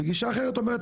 וגישה אחרת אומרת,